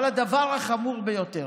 אבל הדבר החמור ביותר,